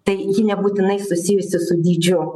tai ji nebūtinai susijusi su dydžiu